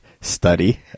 study